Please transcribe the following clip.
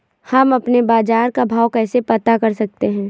हम अपने बाजार का भाव कैसे पता कर सकते है?